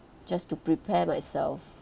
just to prepare myself